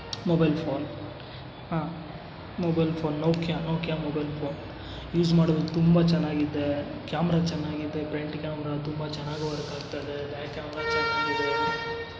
mobile phone ಆಂ mobile phone Nokia Nokia mobile phone use ಮಾಡಲು ತುಂಬ ಚೆನ್ನಾಗಿದೆ ಕ್ಯಾಮ್ರ ಚೆನ್ನಾಗಿದೆ ಪ್ರೆಂಟ್ ಕ್ಯಾಮ್ರ ತುಂಬ ಚೆನ್ನಾಗ್ ವರ್ಕ್ ಆಗ್ತಾಯಿದೆ ಬ್ಯಾಕ್ ಕ್ಯಾಮ್ರಾ ಚೆನ್ನಾಗಿದೆ